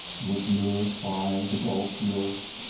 was lured by the gold fields,